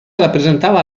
rappresentava